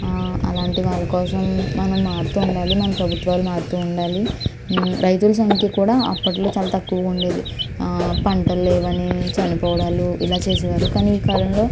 అలాంటి వారి కోసం మనం మారుతూ ఉండాలి మన ప్రభుత్వాలు మారుతూ ఉండాలి రైతుల సంఖ్య కూడా అప్పట్లో చాలా తక్కువ ఉండేది పంటలు లేవని చనిపోవడాలు ఇలా చేసేవారు కానీ ఈ కాలంలో